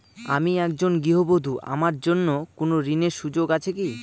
আমি একজন গৃহবধূ আমার জন্য কোন ঋণের সুযোগ আছে কি?